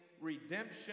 redemption